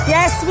Yes